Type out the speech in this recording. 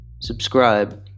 subscribe